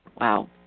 Wow